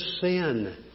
sin